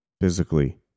physically